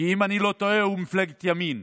כי אם אני לא טועה הוא ממפלגת ימין.